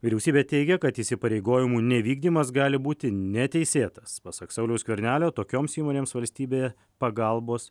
vyriausybė teigė kad įsipareigojimų nevykdymas gali būti neteisėtas pasak sauliaus skvernelio tokioms įmonėms valstybė pagalbos